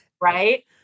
right